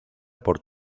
por